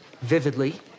vividly